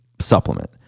supplement